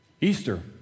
Easter